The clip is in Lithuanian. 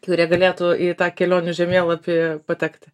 kurie galėtų į tą kelionių žemėlapį patekti